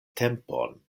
tempon